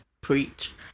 preach